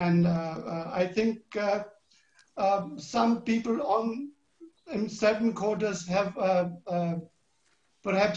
אנחנו רואים שיש קרע שנוצר גם בתוך הקהילה הפרו ישראלית,